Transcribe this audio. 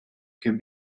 can